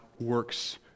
works